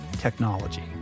technology